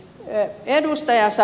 salolle